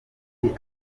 muri